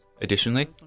Additionally